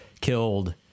killed